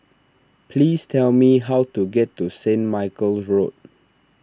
please tell me how to get to Saint Michael's Road